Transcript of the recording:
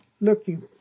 looking